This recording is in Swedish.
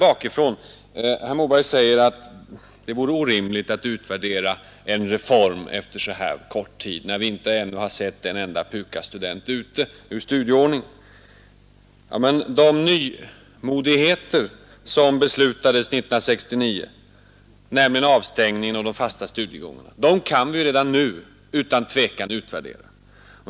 Statsrådet Moberg säger att det vore orimligt att utvärdera en reform efter så kort tid, när vi ännu inte har sett en enda PUKAS-student ute ur studieordningen. På det vill jag svara att de nymodigheter som beslutades 1969, avstängningen och de fasta studiegångarna, kan vi redan nu utan tvekan utvärdera.